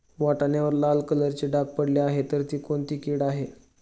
वाटाण्यावर लाल कलरचे डाग पडले आहे तर ती कोणती कीड आहे?